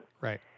Right